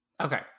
Okay